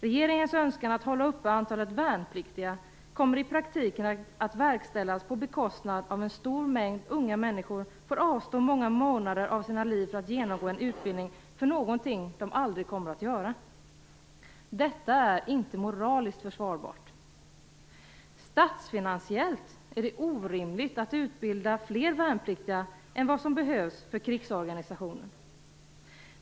Regeringens önskan att hålla uppe antalet värnpliktiga kommer i praktiken att verkställas på bekostnad av att en stor mängd unga människor får avstå många månader av sina liv för att genomgå en utbildning för någonting de aldrig kommer att göra. Detta är inte moraliskt försvarbart. Statsfinansiellt är det orimligt att utbilda fler värnpliktiga än vad som behövs för krigsorganisationen.